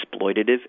exploitative